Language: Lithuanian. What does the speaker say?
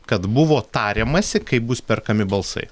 kad buvo tariamasi kaip bus perkami balsai